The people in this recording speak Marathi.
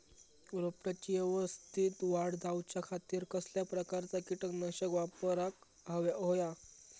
रोपट्याची यवस्तित वाढ जाऊच्या खातीर कसल्या प्रकारचा किटकनाशक वापराक होया?